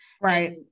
right